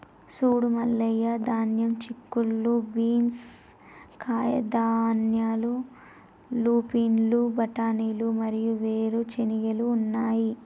సూడు మల్లయ్య ధాన్యం, చిక్కుళ్ళు బీన్స్, కాయధాన్యాలు, లూపిన్లు, బఠానీలు మరియు వేరు చెనిగెలు ఉన్నాయి